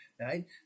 right